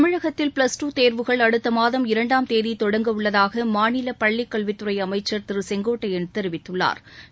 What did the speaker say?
தமிழகத்தில் plus two தேர்வுகள் அடுத்த மாதம் இரண்டாம் தேதி தொடங்க உள்ளதாக மாநில பள்ளிக்கல்வித்துறை அமைச்சா் திரு செங்கோட்டையள் தெரிவித்துள்ளாா்